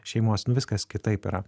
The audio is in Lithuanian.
šeimos viskas kitaip yra